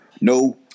No